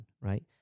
right